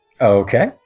Okay